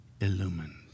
illumined